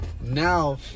Now